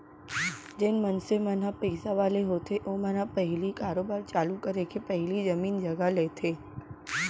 जेन मनसे मन ह पइसा वाले होथे ओमन ह पहिली कारोबार चालू करे के पहिली जमीन जघा लेथे